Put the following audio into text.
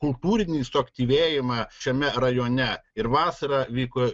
kultūrinį suaktyvėjimą šiame rajone ir vasarą vyko